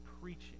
preaching